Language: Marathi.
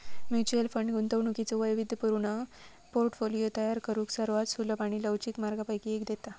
म्युच्युअल फंड गुंतवणुकीचो वैविध्यपूर्ण पोर्टफोलिओ तयार करुक सर्वात सुलभ आणि लवचिक मार्गांपैकी एक देता